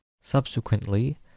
Subsequently